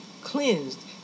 cleansed